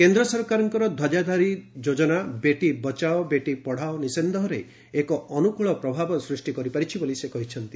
କେନ୍ଦ୍ର ସରକାରଙ୍କ ଧ୍ୱଜାଧାରୀ ଯୋଜନା 'ବେଟି ବଚାଓ ବେଟି ପଡ଼ାଓ' ନିସନ୍ଦେହରେ ଏକ ଅନୁକୂଳ ପ୍ରଭାବ ସୃଷ୍ଟି କରିପାରିଛି ବୋଲି ସେ କହିଛନ୍ତି